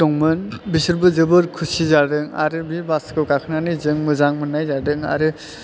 दंमोन बिसोरबो जोबोर खुसि जादों आरो बे बासखौ गाखोनानै जों मोजां मोन्नाय जादों आरो